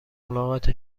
ملاقات